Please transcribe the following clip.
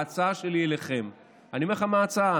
ההצעה שלי אליכם, אני אומר לכם מה ההצעה.